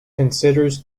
considers